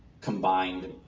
combined